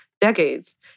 decades